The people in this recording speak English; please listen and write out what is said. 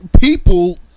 people